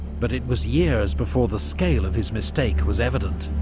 but it was years before the scale of his mistake was evident.